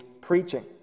preaching